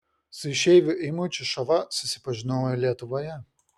su išeiviu eimučiu šova susipažinau lietuvoje